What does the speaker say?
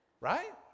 Right